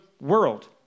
world